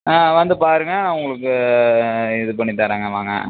ஆ வந்து பாருங்கள் நான் உங்களுக்கு இது பண்ணித்தரேங்க வாங்க